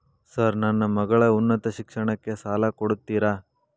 Sir ನನ್ನ ಮಗಳ ಉನ್ನತ ಶಿಕ್ಷಣಕ್ಕೆ ಸಾಲ ಕೊಡುತ್ತೇರಾ?